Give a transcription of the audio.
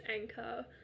anchor